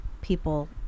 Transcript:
people